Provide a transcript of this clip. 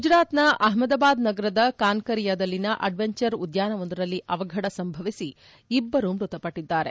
ಗುಜರಾತ್ನ ಅಹ್ಮದಾಬಾದ್ ನಗರದ ಕಾನ್ಕರಿಯದಲ್ಲಿನ ಅಡ್ವೆಂಚರ್ ಉದ್ಯಾನವೊಂದರಲ್ಲಿ ಅವಘಡ ಸಂಭವಿಸಿ ಇಬ್ಬರು ಮೃತಪಟ್ಟಿದ್ದಾರೆ